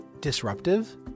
disruptive